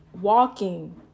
walking